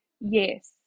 Yes